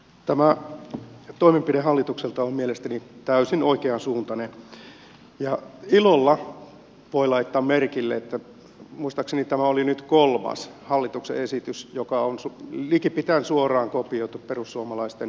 tämä toimenpide hallitukselta on mielestäni täysin oikeansuuntainen ja ilolla voi laittaa merkille että muistaakseni tämä oli nyt kolmas hallituksen esitys joka on likipitäen suoraan kopioitu perussuomalaisten vaihtoehtobudjetista